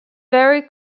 very